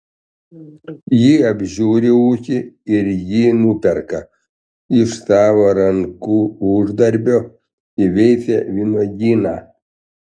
ji apžiūri ūkį ir jį nuperka iš savo rankų uždarbio įveisia vynuogyną